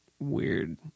Weird